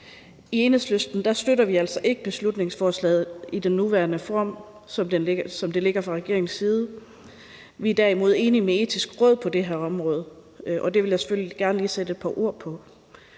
I Enhedslisten støtter vi altså ikke beslutningsforslaget i dets nuværende form, som det ligger fra regeringens side. Vi er derimod enige med Det Etiske Råd på det her område, og det vil jeg selvfølgelig gerne lige sætte et par ord på.